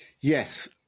Yes